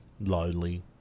lonely